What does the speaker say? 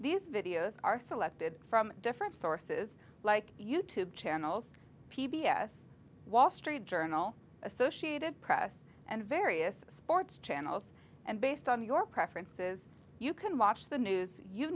these videos are selected from different sources like you tube channels p b s wall street journal associated press and various sports channels and based on your preferences you can watch the news you